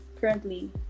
currently